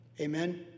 Amen